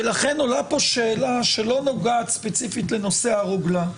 לכן עולה פה שאלה שלא נוגעת ספציפית לנושא הרוגלה,